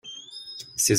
ses